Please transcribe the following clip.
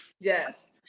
yes